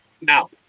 Now